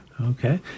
Okay